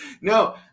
No